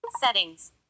Settings